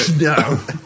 no